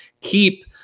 keep